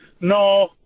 no